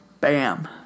Bam